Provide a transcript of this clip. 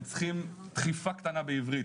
הם צריכים רק דחיפה קטנה בעברית,